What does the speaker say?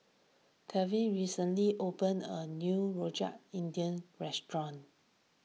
Tevin recently opened a new Rojak Indian restaurant